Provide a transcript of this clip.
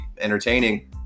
entertaining